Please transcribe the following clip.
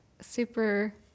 super